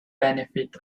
benefit